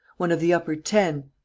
one of the upper ten.